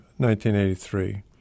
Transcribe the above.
1983